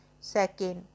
Second